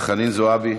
חנין זועבי,